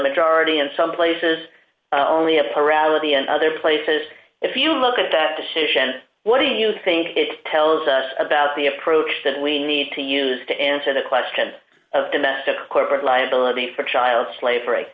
majority in some places only have a reality in other places if you look at that decision what do you think it tells us about the approach that we need to use to answer the question of domestic or liability for child slavery